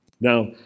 Now